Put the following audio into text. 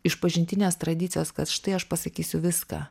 išpažintinės tradicijos kad štai aš pasakysiu viską